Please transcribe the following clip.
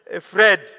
Fred